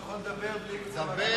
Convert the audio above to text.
הוא יכול לדבר בלי הקצבת זמן.